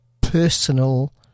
personal